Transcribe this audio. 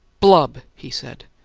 blub! he said,